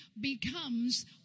becomes